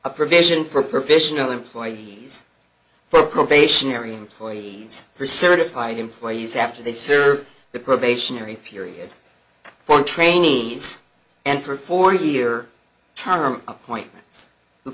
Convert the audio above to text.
a provision for professional employees for probationary employees who are certified employees after they serve the probationary period for trainees and for four year term appointments who